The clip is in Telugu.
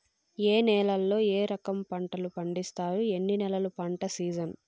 ఏ నేలల్లో ఏ రకము పంటలు పండిస్తారు, ఎన్ని నెలలు పంట సిజన్?